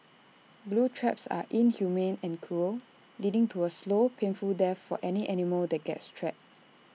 glue traps are inhumane and cruel leading to A slow painful death for any animal that gets trapped